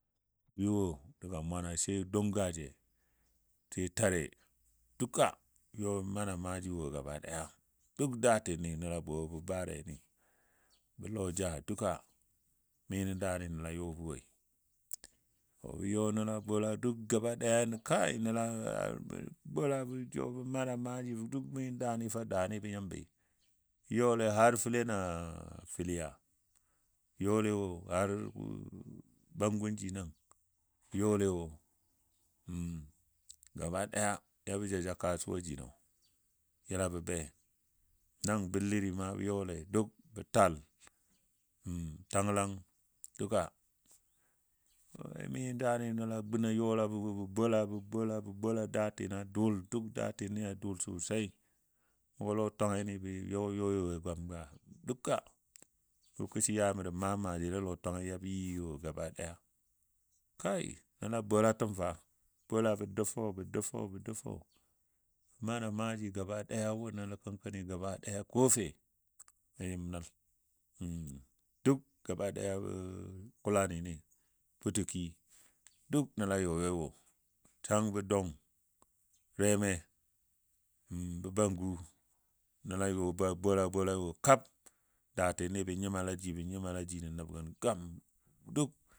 Gwi wo daga mwana sai dungaje, sai tare yɔ maana maaji wo gaba ɗaya duk daatini nəl bə bare ni, bə lɔja duka mi nən daani nəl a yɔbɔ woi. Bə yɔ nəla bola duk gaba ɗaya kai nəla bola bə yɔ bə mana maaji duk mi nən daani fa daani bə nyimbi. Bə yɔle har fəlen a filiya bə yɔle wo har bangunji nan bə yɔle gaba ɗaya yabɔ jaja kasuwa jino yəla bə be. Nan biliri ma bə yɔle duk bə tal tanglan duka mi daani nəla gun yɔlabɔ wo bə bola bə bola bə bola daatino dʊʊl duk daatini a dʊʊl sosai mʊgɔ lɔtwangiini bə yɔ yɔi wo gwam ga duka lokacigɔ yaya mi maam maajile lɔtwangi yabɔ yɨyɨ wo gaba ɗaya. Kai nəl a bola təm fa. Bola bə doufou doufou doufou, mana maaji gaba ɗaya wu nəl kənkɔni gaba daya ko a fe ja nyim nəl duk gaba ɗaya kulani, futuki, can bə dɔng, reme bə bangu, nəl yɔ bola bolai kab daatini bə nyimala ji bə nyimala ji nən nəb gən duk